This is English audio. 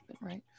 right